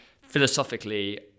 philosophically